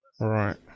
Right